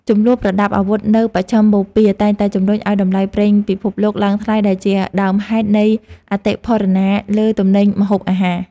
ជម្លោះប្រដាប់អាវុធនៅមជ្ឈឹមបូព៌ាតែងតែជម្រុញឱ្យតម្លៃប្រេងពិភពលោកឡើងថ្លៃដែលជាដើមហេតុនៃអតិផរណាលើទំនិញម្ហូបអាហារ។